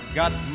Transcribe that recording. got